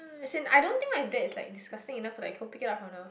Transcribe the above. mm as in I don't think my dad is like disgusting enough to like go pick it up from the